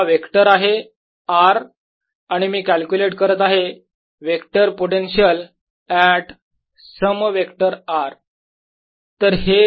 हा वेक्टर आहे R आणि मी कॅल्क्युलेट करत आहे vector potential at some vector r